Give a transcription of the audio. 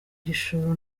gishoro